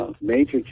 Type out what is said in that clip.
major